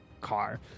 car